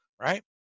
right